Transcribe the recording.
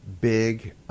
big